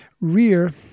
rear